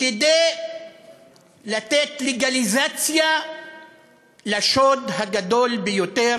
כדי לתת לגליזציה לשוד הקרקעות הגדול ביותר